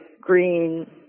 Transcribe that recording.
green